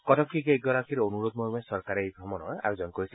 কটকীকেইগৰাকীৰ অনুৰোধ মৰ্মে চৰকাৰে এই ভ্ৰমণৰ আয়োজন কৰিছে